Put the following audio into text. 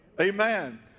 Amen